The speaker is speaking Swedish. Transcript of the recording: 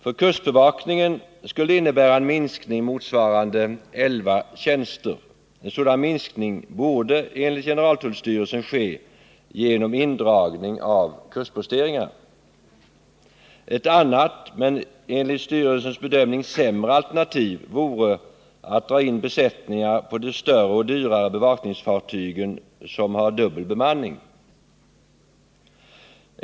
För kustbevakningen skulle det innebära en minskning motsvarande elva tjänster. En sådan minskning borde enligt generaltullstyrelsen ske genom indragning av kustposteringar. Ett annat men enligt styrelsens bedömning sämre alternativ vore att dra in besättningar på större och dyrare bevakningsfartyg med dubbel bemanning.